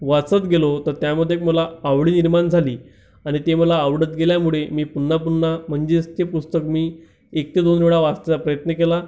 वाचत गेलो तर त्यामध्ये मला आवड निर्माण झाली आणि ते मला आवडत गेल्यामुळे मी पुन्हा पुन्हा म्हणजेच ते पुस्तक मी एक ते दोन वेळा वाचचा प्रयत्न केला